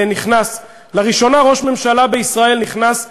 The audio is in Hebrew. נכנס לראשונה ראש ממשלה בישראל נכנס לבית-הכלא.